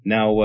Now